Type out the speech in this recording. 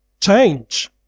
change